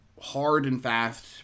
hard-and-fast